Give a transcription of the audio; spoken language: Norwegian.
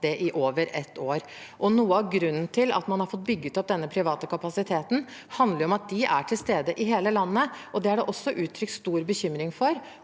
det i over ett år. Noe av grunnen til at man har fått bygget opp denne private kapasiteten, er at de private er til stede i hele landet, og det er også uttrykt stor bekymring for